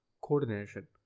coordination